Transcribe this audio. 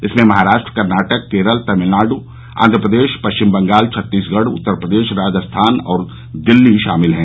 इसमें महाराष्ट्र कर्नाटक केरल तमिलनाडु आन्ग्रप्रदेश पश्चिम बंगाल छत्तीसगढ उत्तरप्रदेश राजस्थान और दिल्ली शामिल हैं